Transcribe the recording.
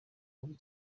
babi